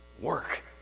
work